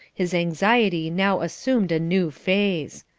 his anxiety now assumed a new phase.